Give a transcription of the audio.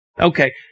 Okay